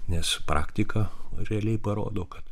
nes praktika realiai parodo kad